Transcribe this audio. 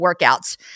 workouts